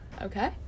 okay